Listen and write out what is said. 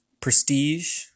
Prestige